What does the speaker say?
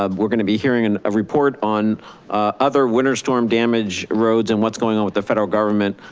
um we're gonna be hearing and a report on other winter storm damage roads and what's going on with the federal government,